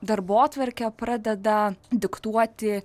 darbotvarkę pradeda diktuoti